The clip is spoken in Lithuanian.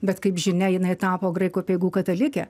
bet kaip žinia jinai tapo graikų apeigų katalikė